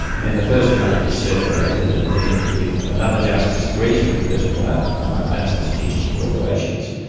then the first draft is circulated and then if another justice agrees with the first draft they might make some suggestions for alterations.